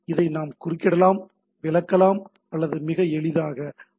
இதை நாம் குறுக்கிடலாம் விளக்கலாம் அல்லது மிக எளிதாக அலசலாம்